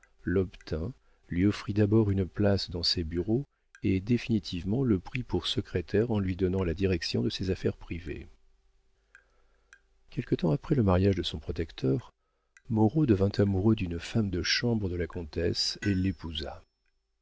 l'obtint lui offrit d'abord une place dans ses bureaux et définitivement le prit pour secrétaire en lui donnant la direction de ses affaires privées quelque temps après le mariage de son protecteur moreau devint amoureux d'une femme de chambre de la comtesse et l'épousa